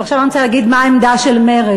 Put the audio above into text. ועכשיו אני רוצה להגיד מה העמדה של מרצ.